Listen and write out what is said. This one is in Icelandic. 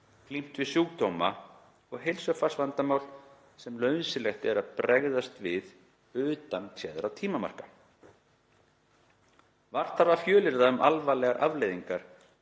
glímt við sjúkdóma og heilsufarsvandamál sem nauðsynlegt er að bregðast við utan téðra tímamarka. Vart þarf að fjölyrða um alvarlegar afleiðingar